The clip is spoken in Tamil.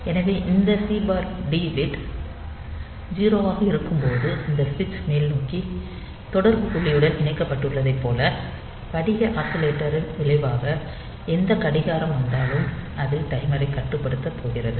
எனவே இந்த சி டி பிட் 0 ஆக இருக்கும்போது இந்த சுவிட்ச் மேல்நோக்கி தொடர்பு புள்ளியுடன் இணைக்கப்பட்டுள்ளதைப் போல படிக ஆஸிலேட்டரின் விளைவாக எந்த கடிகாரம் வந்தாலும் அது டைமரைக் கட்டுப்படுத்தப் போகிறது